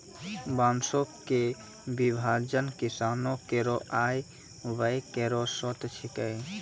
बांसों क विभाजन किसानो केरो आय व्यय केरो स्रोत छिकै